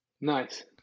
nice